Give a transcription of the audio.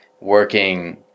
working